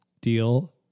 deal